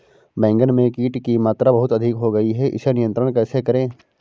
बैगन में कीट की मात्रा बहुत अधिक हो गई है इसे नियंत्रण कैसे करें?